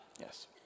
Yes